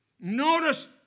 Notice